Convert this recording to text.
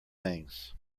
things